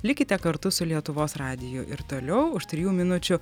likite kartu su lietuvos radiju ir toliau už trijų minučių